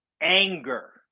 anger